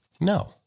No